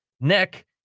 neck